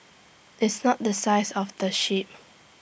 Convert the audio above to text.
it's not the size of the ship